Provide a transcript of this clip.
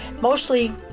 Mostly